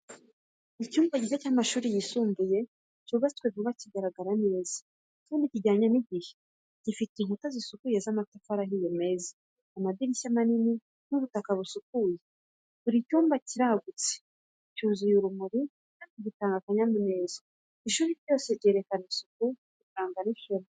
Icyumba gishya cy’amashuri yisumbuye cyubatswe vuba kiragaragara neza kandi kijyanye n’igihe. Gifite inkuta zisukuye z'amatafari ahiye meza, amadirishya manini, n’ubutaka busukuye. Buri cyumba kiragutse, cyuzuye urumuri kandi gitanga akanyamuneza. Ishuri ryose ryerekana isuku, uburanga, n’ishema.